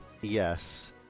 Yes